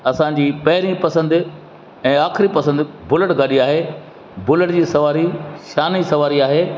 असांजी पहिरीं पसंदि ऐं आख़िरीं पसंदि बुलेट गाॾी आहे बुलेट जी सवारी शान जी सवारी आहे